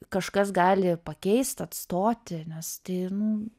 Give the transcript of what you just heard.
kažkas gali pakeist atstoti nes tai nu